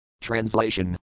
Translation